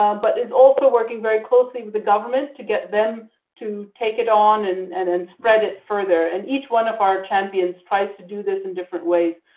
um but is also working very closely with the government to get them to take it on and and and spread it further. and each one of our champions tries to do this in different ways.